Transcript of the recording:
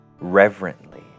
reverently